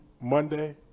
Monday